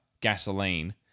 gasoline